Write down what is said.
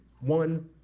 one